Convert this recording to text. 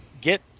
get